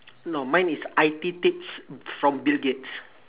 no mine is I_T tips from bill-gates